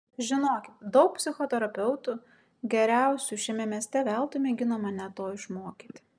žinokit daug psichoterapeutų geriausių šiame mieste veltui mėgino mane to išmokyti